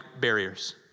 barriers